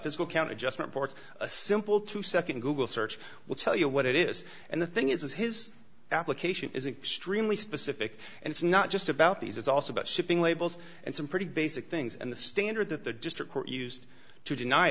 physical count adjustment ports a simple two second google search will tell you what it is and the thing is his application is extremely specific and it's not just about these it's also about shipping labels and some pretty basic things and the standard that the district court used to deny